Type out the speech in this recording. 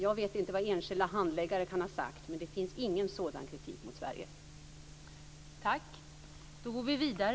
Jag vet inte vad enskilda handläggare kan ha sagt, men det finns ingen sådan kritik mot Sverige.